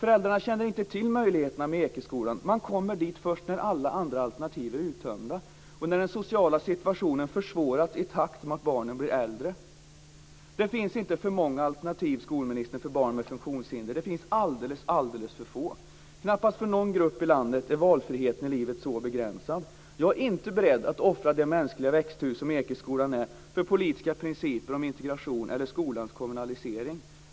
Föräldrarna känner inte till möjligheterna med Ekeskolan. Dit kommer man först när alla andra alternativ är uttömda och när den sociala situationen försvåras i takt med att barnen blir äldre. Det finns inte, skolministern, för många alternativ för barn med funktionshinder. I stället finns det alldeles för få sådana. Knappast för någon grupp i landet är valfriheten i livet så begränsad som för den här gruppen. Jag är inte beredd att offra det mänskliga växthus som Ekeskolan är för politiska principer om integration eller skolans kommunalisering.